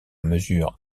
mesure